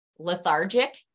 lethargic